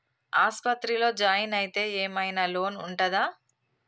ఆస్పత్రి లో జాయిన్ అయితే ఏం ఐనా లోన్ ఉంటదా?